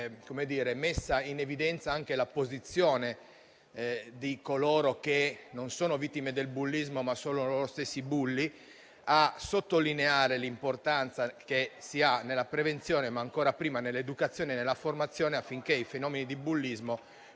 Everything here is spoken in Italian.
messa in evidenza la posizione di coloro che non sono vittime del bullismo, ma sono loro stessi bulli, per sottolineare l'importanza della prevenzione, ma, ancora prima, dell'educazione e della formazione, affinché i fenomeni di bullismo